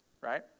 right